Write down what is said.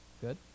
good